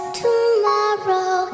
tomorrow